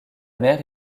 mère